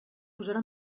posarà